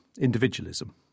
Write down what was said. Individualism